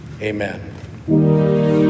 Amen